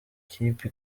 kipe